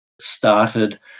started